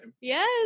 yes